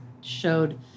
showed